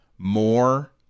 more